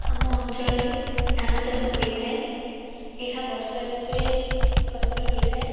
ଆମ ଅଞ୍ଚଳରେ ଧାନଚାଷ ହୋଇଥାଏ ଏହା ବର୍ଷାଋତୁରେ ଫସଲ ହୋଇଥାଏ